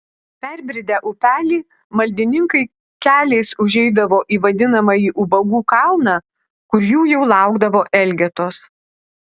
perbridę upelį maldininkai keliais užeidavo į vadinamąjį ubagų kalną kur jų jau laukdavo elgetos